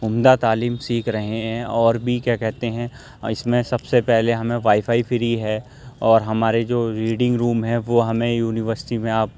عمدہ تعلیم سیکھ رہے ہیں اور بھی کیا کہتے ہیں اس میں سب سے پہلے ہمیں وائی فائی فری ہے اور ہمارے جو ریڈنگ روم ہے وہ ہمیں یونیورسٹی میں آپ